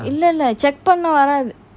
இல்ல இல்ல:illa illa check பண்ண வரத்து:panna varathu